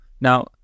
Now